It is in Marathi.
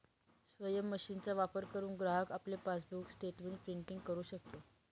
स्वयम मशीनचा वापर करुन ग्राहक आपले पासबुक स्टेटमेंट प्रिंटिंग करु शकतो